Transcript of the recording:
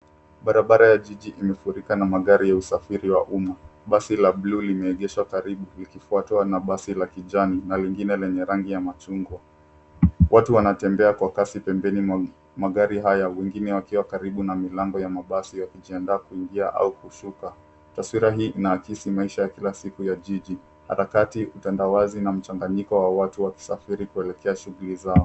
Barabara ya jiji imefulika na magari ya usafiri wa umma. Basi la bluu limeegeshwa karibu tukifuatwa na basi la kijani na lingine lenye rangi ya machungwa. Watu wanatembea kwa kasi pembeni mwa magari haya wengine wakiwa karibu na milango ya mabasi wakijianda kuingia au kushuka. Taswira hii inaakisi maisha ya kila siku ya jiji. Harakati, utandawazi na mchanganyiko wa watu wa kusafiri kuelekea shughuli zao.